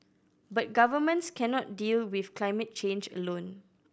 but governments cannot deal with climate change alone